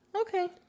Okay